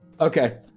Okay